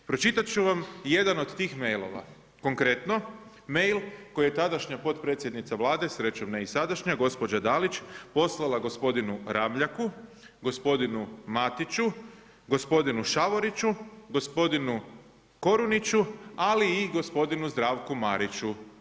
Pročitat ću vam jedan od tih mailova, konkretno mail koji je tadašnja potpredsjednica Vlade, srećom ne i sadašnja gospođa DAlić poslala gospodinu Ramljaku, gospodinu Matiću, gospodinu Šavoriću, gospodinu KOruniću, ali gospodinu Zdravku Mariću.